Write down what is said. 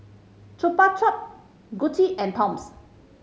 Chupa Chups Gucci and Toms